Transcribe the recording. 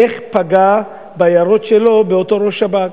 איך הוא פגע בהערות שלו באותו ראש שב"כ,